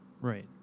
Right